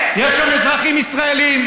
יש שם אזרחים ישראלים,